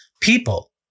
people